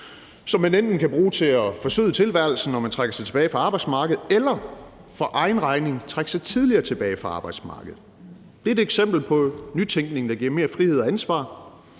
så man enten kan bruge dem til at forsøde tilværelsen, når man trækker sig tilbage fra arbejdsmarkedet, eller for egen regning trække sig tidligere tilbage fra arbejdsmarkedet. Det er et eksempel på nytænkning, der giver mere frihed og ansvar.